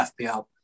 FPL